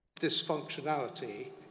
dysfunctionality